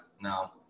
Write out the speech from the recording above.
no